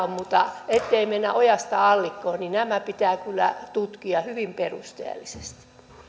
on mutta ettei mennä ojasta allikkoon niin nämä pitää kyllä tutkia hyvin perusteellisesti